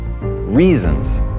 reasons